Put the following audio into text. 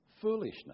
foolishness